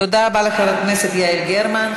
תודה רבה לחברת הכנסת יעל גרמן.